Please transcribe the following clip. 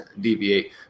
deviate